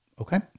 Okay